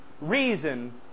reason